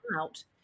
out